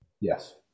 Yes